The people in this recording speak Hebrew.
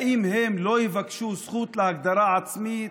האם הם לא יבקשו זכות להגדרה עצמית?